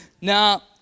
Now